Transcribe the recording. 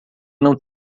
não